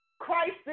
Christ